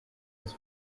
his